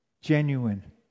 genuine